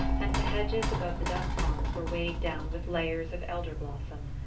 and the hedges above the duck-ponds were weighed down with layers of elder-blossom.